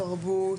תרבות,